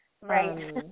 Right